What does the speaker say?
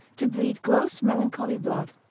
to breed gross melancholy blood